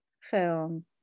film